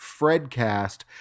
fredcast